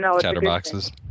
chatterboxes